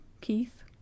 Keith